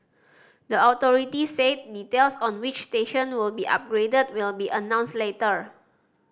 the authority said details on which station would be upgraded will be announced later